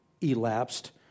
elapsed